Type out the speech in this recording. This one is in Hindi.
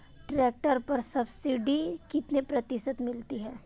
ट्रैक्टर पर सब्सिडी कितने प्रतिशत मिलती है?